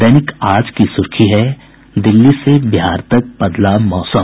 दैनिक आज की सुर्खी है दिल्ली से बिहार तक बदला मौसम